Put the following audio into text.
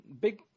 Big